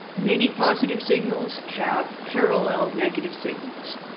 many positive signals have paralleled negative signals.